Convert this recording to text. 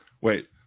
wait